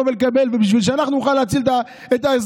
ולקבל ובשביל שאנחנו נוכל להציל את האזרחים,